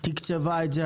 תקצבה את זה.